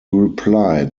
replied